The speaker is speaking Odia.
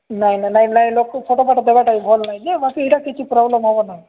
ନାଇଁ ନାଇଁ ନାଇଁ ନାଇଁ ଲୋକ ଫଟୋ ଫଟ ଦେବାଟା ଭଲ ନାହିଁ ଯେ ବାକି ଏଇଟା କିଛି ପ୍ରୋବଲେମ୍ ହବ ନାଇଁ